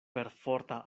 perforta